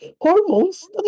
hormones